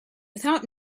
without